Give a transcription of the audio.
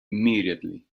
immediately